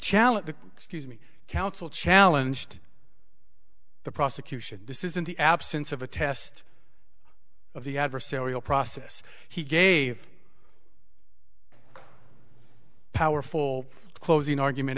challenge the excuse me counsel challenge to the prosecution this is in the absence of a test of the adversarial process he gave powerful closing argument